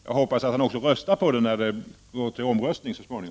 Jag hoppas att han också röstar på den, när vi så småningom kommer till omröstning.